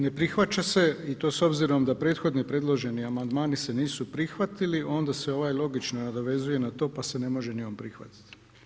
Ne prihvaća se i to s obzirom da prethodni predloženi amandmani se nisu prihvatili onda se ovaj logično nadovezuje na to pa se ne može ni on prihvatiti.